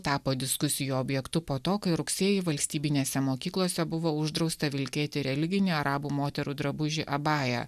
tapo diskusijų objektu po to kai rugsėjį valstybinėse mokyklose buvo uždrausta vilkėti religinį arabų moterų drabužį abają